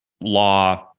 law